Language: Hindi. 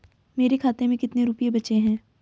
मेरे खाते में कितने रुपये बचे हैं?